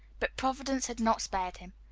but providence had not spared him.